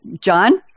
John